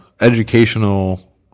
educational